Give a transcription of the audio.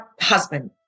husband